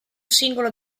singolo